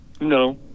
No